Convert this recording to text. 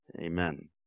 Amen